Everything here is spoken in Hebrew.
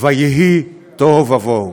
ויהי תוהו ובוהו.